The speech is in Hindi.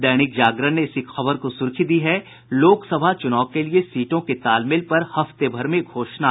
दैनिक जागरण ने इसी खबर को सुर्खी दी है लोकसभा चुनाव के लिये सीटों के तालमेल पर हफ्ते भर में घोषणा